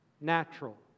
Natural